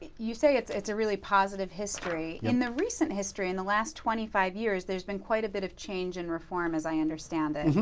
you say it's it's a really positive history. in the recent history, in the last twenty five years, there's been quite a bit of change in reform, as i understand it.